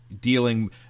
dealing